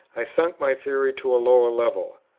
i sunk my theory to a lower level.